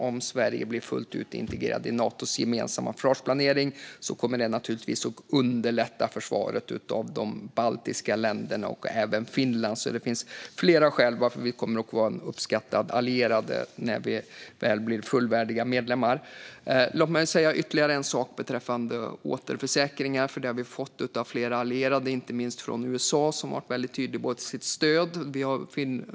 Om Sverige blir fullt ut integrerat i Natos gemensamma försvarsplanering kommer det naturligtvis att underlätta försvaret av de baltiska länderna och Finland. Det finns alltså flera skäl till att vi kommer att vara en uppskattad allierad när vi väl blir en fullvärdig medlem. Låt mig säga ytterligare något beträffande återförsäkringar. Det har vi fått från flera allierade, inte minst från USA som har varit väldigt tydligt med sitt stöd.